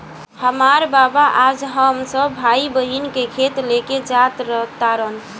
हामार बाबा आज हम सब भाई बहिन के खेत लेके जा तारन